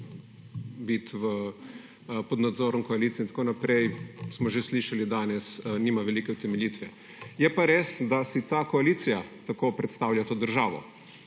biti pod nadzorom koalicije smo že slišali danes nima velike utemeljitve je pa res, da si ta koalicija tako predstavlja to državo.